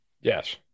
Yes